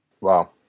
Wow